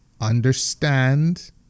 understand